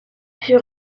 fut